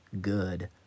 good